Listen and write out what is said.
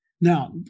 Now